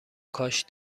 کاش